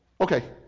Okay